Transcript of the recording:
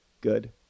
good